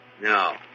No